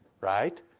Right